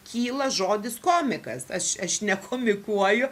kyla žodis komikas aš aš nekomikuoju